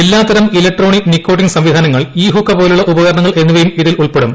എല്ലാത്തരം electronic nicotine സംവിധാനങ്ങൾ e hookah പോലുള്ള ഉപകരണങ്ങൾ എന്നിവയും ഇതിൽ ഉൾപ്പെടും